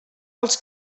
als